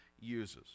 uses